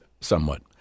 somewhat